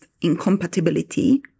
incompatibility